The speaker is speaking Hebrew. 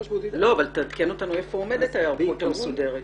תעדכן אותנו היכן עומדת ההיערכות המסודרת.